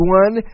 one